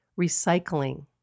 recycling